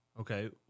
Okay